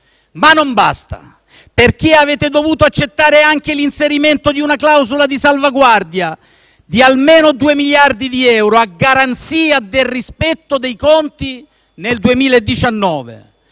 Ma non basta. Avete dovuto accettare anche l'inserimento di una clausola di salvaguardia di almeno due miliardi di euro, a garanzia del rispetto dei conti nel 2019: